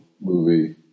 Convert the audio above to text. movie